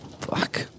Fuck